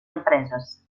empreses